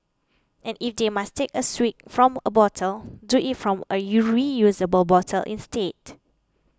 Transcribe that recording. and if they must take a swig from a bottle do it from a U reusable bottle instead